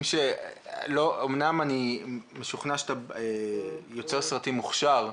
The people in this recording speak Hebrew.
אמנם אני משוכנע שאתה יוצר סרטים מוכשר,